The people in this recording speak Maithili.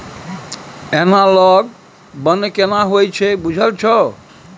एनालॉग बन्न केना होए छै बुझल छौ?